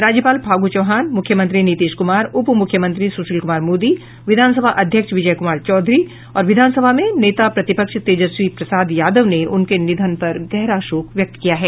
राज्यपाल फागू चौहान मुख्यमंत्री नीतीश क्मार उप मुख्यमंत्री सुशील कुमार मोदी विधान सभा अध्यक्ष विजय क्मार चौधरी और विधानसभा में नेता प्रतिपक्ष तेजस्वी प्रसाद यादव ने उनके निधन पर गहरा शोक व्यक्त किया है